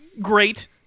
great